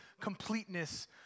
completeness